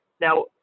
now